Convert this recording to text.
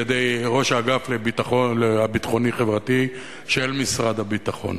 על-ידי ראש האגף הביטחוני-חברתי של משרד הביטחון,